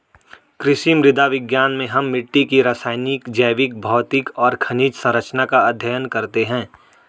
कृषि मृदा विज्ञान में हम मिट्टी की रासायनिक, जैविक, भौतिक और खनिज सरंचना का अध्ययन करते हैं